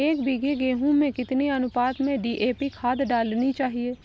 एक बीघे गेहूँ में कितनी अनुपात में डी.ए.पी खाद डालनी चाहिए?